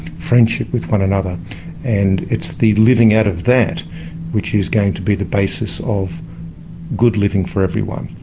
friendship with one another and it's the living out of that which is going to be the basis of good living for everyone,